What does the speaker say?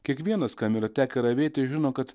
kiekvienas kam yra tekę ravėti žino kad